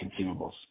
consumables